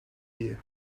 year